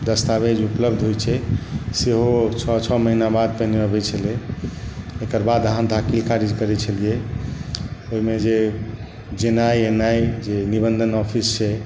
दस्तावेज उपलब्ध होइ छै सेहो छओ छओ महिना बाद पहिने आबै छलै तकर बाद अहाँ दाखिल खारिज करै छलियै ओहिमे जे जेनाइ ऐनाइ जे निबन्धन औफिस छै